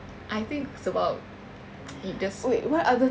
I think sebab it just